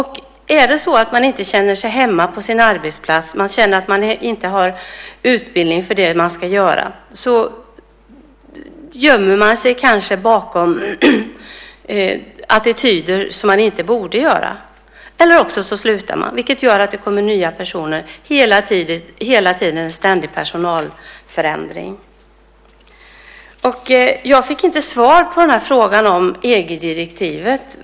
Känner man sig inte hemma på sin arbetsplats, man känner att man inte har utbildning för det man ska göra, gömmer man sig kanske bakom attityder på ett sätt som man inte borde göra. Eller också slutar man, vilket gör att det kommer nya personer. Hela tiden ständig personalförändring. Jag fick inte svar på frågan om EG-direktivet.